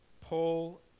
Paul